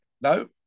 no